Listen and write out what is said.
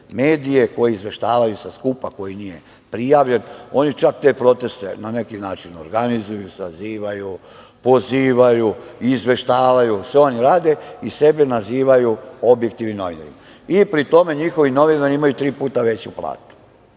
medije koji izveštavaju sa skupa koji nije prijavljen. Oni čak te proteste, na neki način organizuju, sazivaju, pozivaju, izveštavaju, sve oni rade, i sebe nazivaju objektivnim novinarima. Pri tome njihovi novinari imaju tri puta veću platu.